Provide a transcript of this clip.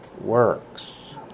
works